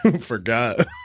forgot